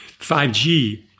5G